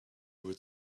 would